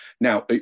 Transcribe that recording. Now